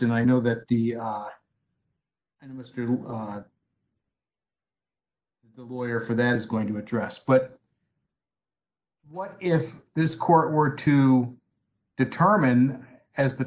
and i know that the and it was due to the lawyer for then is going to address but what if this court were to determine as the